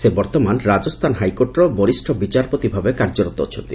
ସେ ବର୍ତ୍ତମାନ ରାଜସ୍ତାନ ହାଇକୋର୍ଟର ବରିଷ୍ ବିଚାରପତି ଭାବେ କାର୍ଯ୍ୟରତ ଅଛନ୍ତି